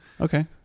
Okay